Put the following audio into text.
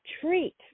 treat